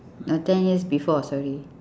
no ten years before sorry